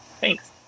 Thanks